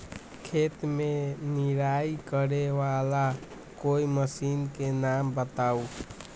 खेत मे निराई करे वाला कोई मशीन के नाम बताऊ?